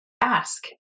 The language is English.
ask